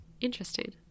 Interesting